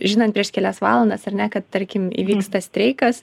žinant prieš kelias valandas ar ne kad tarkim įvyksta streikas